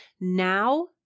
now